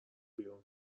بیرون